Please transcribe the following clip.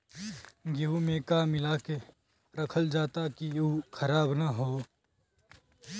गेहूँ में का मिलाके रखल जाता कि उ खराब न हो?